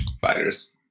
Fighters